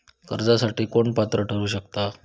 कर्जासाठी कोण पात्र ठरु शकता?